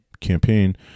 campaign